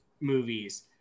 movies